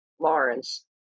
Lawrence